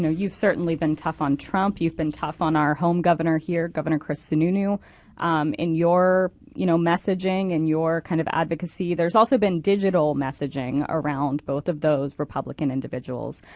you've certainly been tough on trump. you've been tough on our home governor here, governor chris sununu in your you know messaging and your kind of advocacy. there's also been digital messaging around both of those republican individuals.